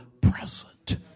present